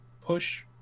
push